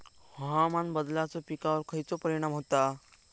हवामान बदलाचो पिकावर खयचो परिणाम होता?